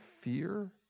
fear